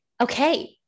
Okay